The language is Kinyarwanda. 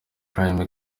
prime